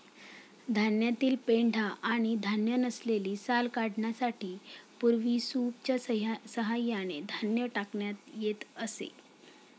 धान्यातील पेंढा आणि धान्य नसलेली साल काढण्यासाठी पूर्वी सूपच्या सहाय्याने धान्य टाकण्यात येत असे